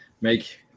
make